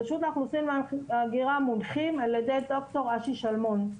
רשות האוכלוסין וההגירה מונחים על ידי ד"ר אשי שלמון.